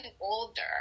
older